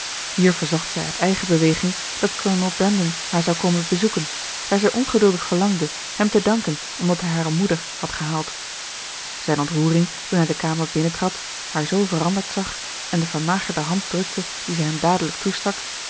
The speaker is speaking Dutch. hier verzocht zij uit eigen beweging dat kolonel brandon haar zou komen bezoeken daar zij ongeduldig verlangde hem te danken omdat hij hare moeder had gehaald zijne ontroering toen hij de kamer binnentrad haar zoo veranderd zag en de vermagerde hand drukte die zij hem dadelijk toestak